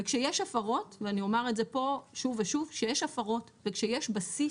וכשיש הפרות ואני אומר את זה פה שוב ושוב כשיש הפרות וכשיש בסיס,